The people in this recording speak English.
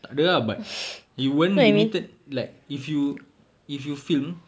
takde ah but it weren't limited like if you if you film